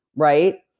right?